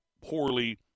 poorly –